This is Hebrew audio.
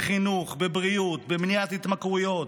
בחינוך, בבריאות, במניעת התמכרויות,